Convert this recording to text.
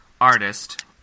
artist